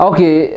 Okay